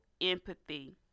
empathy